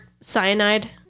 cyanide